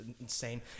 insane